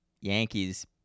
Yankees